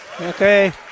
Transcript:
Okay